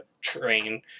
train